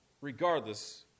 Regardless